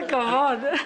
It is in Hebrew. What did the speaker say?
יפה, כל הכבוד.